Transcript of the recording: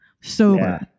sober